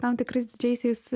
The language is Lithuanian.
tam tikrais didžiaisiais